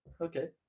Okay